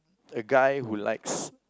a guy who likes